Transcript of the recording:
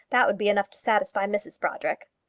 that would be enough to satisfy mrs brodrick.